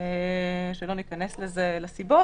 ולא ניכנס לסיבות.